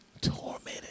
tormented